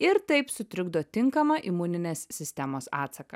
ir taip sutrikdo tinkamą imuninės sistemos atsaką